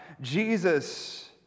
Jesus